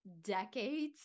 decades